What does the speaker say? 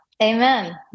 amen